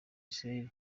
israel